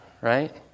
right